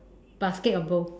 basket or bowl